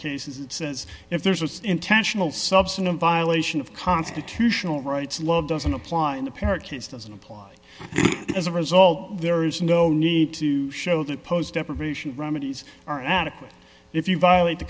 cases it says if there's was intentional substantive violation of constitutional rights law doesn't apply in the parakeets doesn't apply as a result there is no need to show that post deprivation remedies are adequate if you violate the